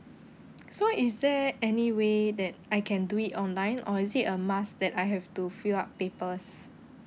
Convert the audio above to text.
so is there any way that I can do it online or is it a must that I have to fill up papers